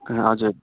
हजुर